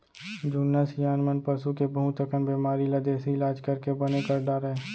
जुन्ना सियान मन पसू के बहुत अकन बेमारी ल देसी इलाज करके बने कर डारय